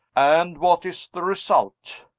and what is the result?